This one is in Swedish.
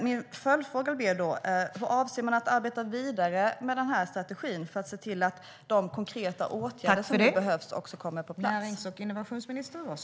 Min följdfråga blir hur man avser att arbeta vidare med strategin för att se till att de konkreta åtgärder som behövs kommer på plats.